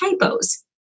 typos